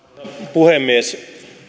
puhemies